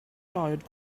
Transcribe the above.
tired